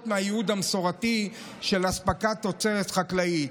מהייעוד המסורתי של אספקת תוצרת חקלאית.